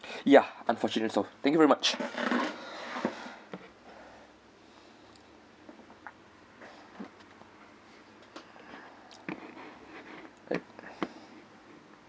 ya unfortunate so thank you very much